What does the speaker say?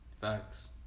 Facts